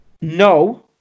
No